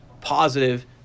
positive